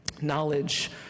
Knowledge